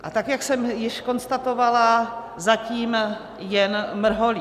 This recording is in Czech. A tak jak jsem již konstatovala, zatím jen mrholí.